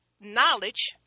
knowledge